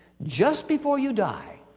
just before you die,